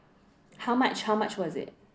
how much how much was it